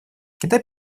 китай